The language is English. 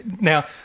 Now